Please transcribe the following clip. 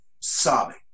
sobbing